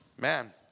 man